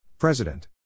President